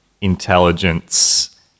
intelligence